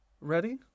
ready